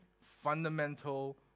fundamental